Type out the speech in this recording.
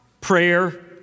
prayer